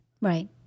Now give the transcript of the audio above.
Right